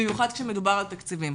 במיוחד כשמדובר בתקציבים.